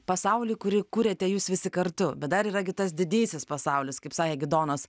pasaulį kurį kuriate jūs visi kartu bet dar yra gi tas didysis pasaulis kaip sakė gidonas